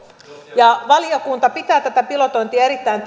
valiokunta pitää tätä pilotointia erittäin